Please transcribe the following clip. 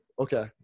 Okay